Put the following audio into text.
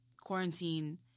quarantine